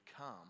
come